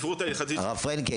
דבר --- הרב פרנקל,